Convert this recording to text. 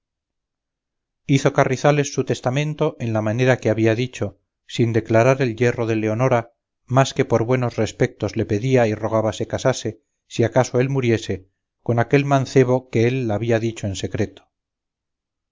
hizo carrizales su testamento en la manera que había dicho sin declarar el yerro de leonora más de que por buenos respectos le pedía y rogaba se casase si acaso él muriese con aquel mancebo que él la había dicho en secreto